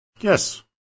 Yes